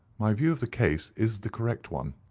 my view of the case is the correct one.